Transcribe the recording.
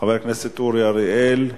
חבר הכנסת אורי אריאל.